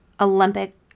Olympic